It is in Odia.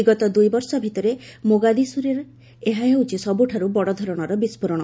ବିଗତ ଦୁଇବର୍ଷ ଭିତରେ ମୋଗାଦିଶୁରରେ ଏହା ହେଉଛି ସବୁଠାରୁ ବଡ଼ଧରଣର ବିଫ୍ଜୋରଣ